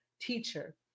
teacher